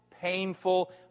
painful